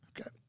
Okay